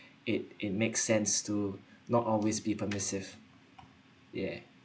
it it makes sense to not always be permissive yeah